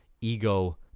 Ego